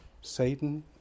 Satan